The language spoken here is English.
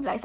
how